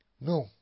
No